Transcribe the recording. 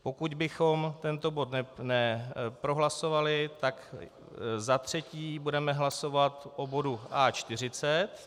Pokud bychom tento bod neprohlasovali, tak za třetí budeme hlasovat o bodu A40.